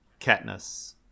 Katniss